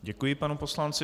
Děkuji panu poslanci.